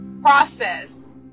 process